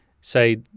say